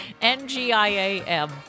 N-G-I-A-M